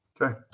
Okay